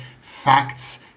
facts